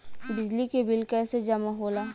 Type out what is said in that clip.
बिजली के बिल कैसे जमा होला?